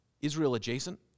Israel-adjacent